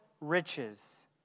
riches